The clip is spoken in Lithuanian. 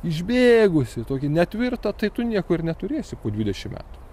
išbėgusį tokį netvirtą tai tu nieko ir neturėsi po dvidešim metų